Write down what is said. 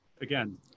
again